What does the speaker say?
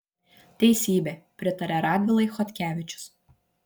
teisybė pritaria radvilai chodkevičius